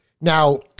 Now